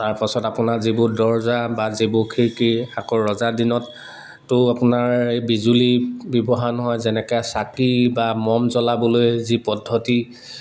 তাৰপাছত আপোনাৰ যিবোৰ দৰ্জা বা যিবোৰ খিৰিকী আকৌ ৰজা দিনততো আপোনাৰ এই বিজুলী ব্যৱহাৰ নহয় যেনেকে চাকি বা মম জ্বলাবলৈ যি পদ্ধতি